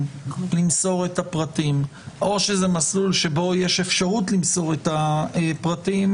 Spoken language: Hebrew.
למסור את הפרטים או יש בו אפשרות למסור את הפרטים,